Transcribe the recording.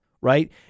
right